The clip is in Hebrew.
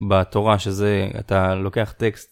בתורה שזה אתה לוקח טקסט.